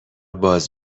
باز